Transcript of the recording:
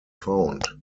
found